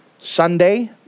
Sunday